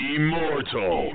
Immortal